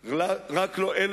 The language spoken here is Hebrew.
רק לא המתיישבים הגיבורים,